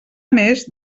més